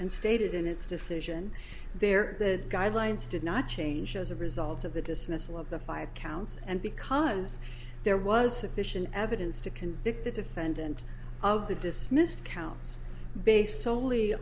and stated in its decision there the guidelines did not change as a result of the dismissal of the five counts and because there was sufficient evidence to convict the defendant of the dismissed counts based